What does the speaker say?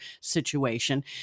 situation